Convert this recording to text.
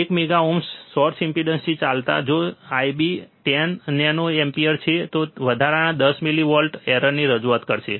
એક મેગા ઓહ્મના સોર્સ ઇમ્પેડન્સથી ચાલતા જો I B 10 નેનો એમ્પીયર છે તો તે વધારાની 10 મિલીવોલ્ટ એરરની રજૂઆત કરશે